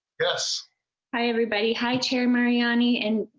yes i everybody high to miami in.